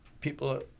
people